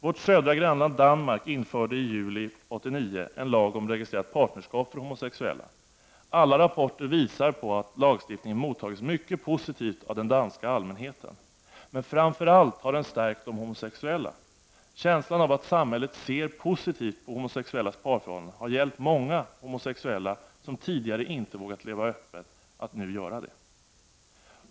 Vårt södra grannland Danmark införde i juli 1989 en lag om registrerat partnerskap för homosexuella. Alla rapporter visar på att lagstiftningen mottagits mycket positivt av den danska allmänheten. Men framför allt har den stärkt de homosexuella. Känslan av att samhället ser positivt på homosexuellas parförhållanden har hjälpt många homosexuella som tidigare inte vågat leva öppet att nu göra detta.